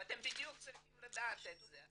ואתם בדיוק צריכים לדעת את זה.